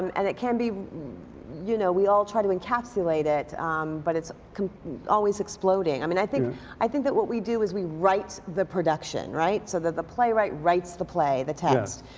um and it can be you know we all try to encapsulate it but it's always exploding. i mean, i think i think that what we do is we write the production, right? so that the playwright writes the play, the test.